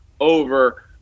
over